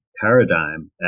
paradigm